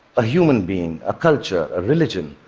a human being, a culture, a religion,